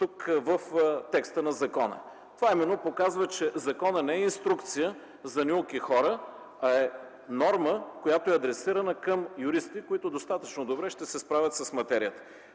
тук в текста на закона. Това именно показва, че законът не е инструкция за неуки хора, а е норма, която е адресирана към юристи, които достатъчно добре ще се справят с материята.